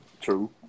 True